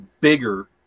bigger